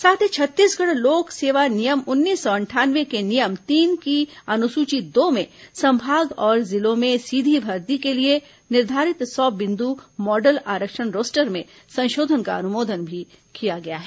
साथ ही छत्तीसगढ़ लोक सेवा नियम उन्नीस सौ अंठानवे के नियम तीन की अनुसूची दो में संभाग और जिलों में सीधी भर्ती के लिए निर्धारित सौ बिन्दु मॉडल आरक्षण रोस्टर में संशोधन का अनुमोदन भी किया गया है